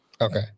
Okay